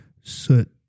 soot